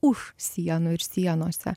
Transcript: už sienų ir sienose